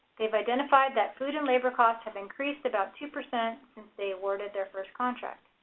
they've identified that food and labor costs have increased about two percent since they awarded their first contract.